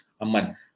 Amman